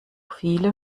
viele